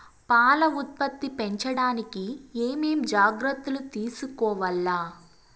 పాల ఉత్పత్తి పెంచడానికి ఏమేం జాగ్రత్తలు తీసుకోవల్ల?